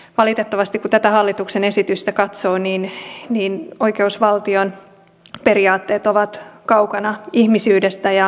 valitettavasti kun tätä hallituksen esitystä katsoo niin oikeusvaltion periaatteet ovat kaukana ihmisyydestä ja inhimillisyydestä